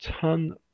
ton